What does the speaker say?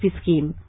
scheme